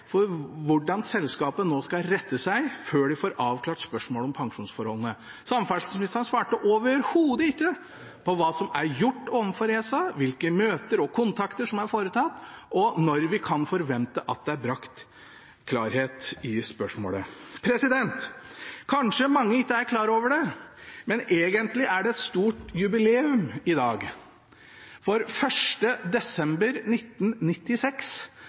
for hvordan selskapet nå skal rette seg før de får avklart spørsmålet om pensjonsforholdene. Samferdselsministeren svarte overhodet ikke på hva som er gjort overfor ESA, hvilke møter og kontakter som er foretatt, og når vi kan forvente at det er brakt klarhet i spørsmålet. Kanskje mange ikke er klar over det, men egentlig er det et stort jubileum i dag, for 1. desember 1996